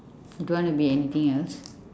don't want to be anything else